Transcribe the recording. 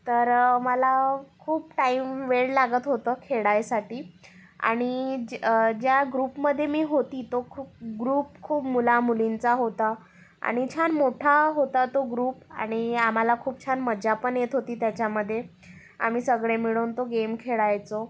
तर मला खूप टाईम वेळ लागत होत खेळायसाठी आणि ज ज्या ग्रुपमध्ये मी होती तो खूप ग्रुप खूप मुलामुलींचा होता आणि छान मोठा होता तो ग्रुप आणि आम्हाला खूप छान मज्जा पण येत होती त्याच्यामध्ये आम्ही सगळे मिळून तो गेम खेळायचो